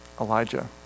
Elijah